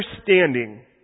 understanding